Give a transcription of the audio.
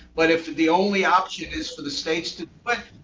but if the only option is for the states to but